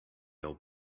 old